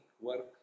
work